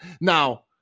Now